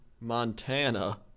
Montana